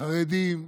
חרדים,